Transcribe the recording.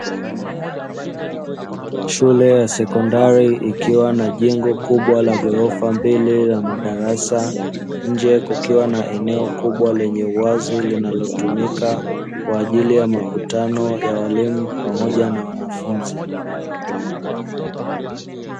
Shule ya sekondari ikiwa na jengo kubwa la ghorofa mbili la madarasa, nje kukiwa na eneo kubwa lenye uwazi linalotumika kwa ajili ya makutano ya walimu pamoja na wanafunzi.